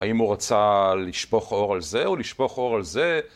האם הוא רצה לשפוך אור על זה, או לשפוך אור על זה?